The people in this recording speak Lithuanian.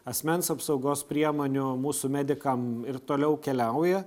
asmens apsaugos priemonių mūsų medikam ir toliau keliauja